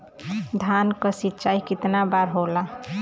धान क सिंचाई कितना बार होला?